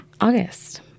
August